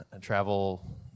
travel